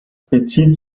bezieht